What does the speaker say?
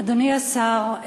אדוני השר,